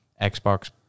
Xbox